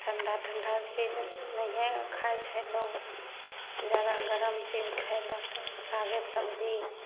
ठंडा ठंडा चीज नहिए खाइ छै लोग जादा गरम चीज खैलक सागे सब्जी